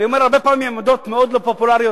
אני אומר הרבה פעמים עמדות מאוד לא פופולריות,